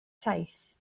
taith